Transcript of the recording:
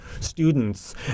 students